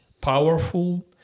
powerful